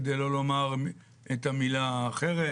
כדי לא לומר את המילה האחרת,